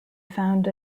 found